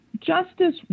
Justice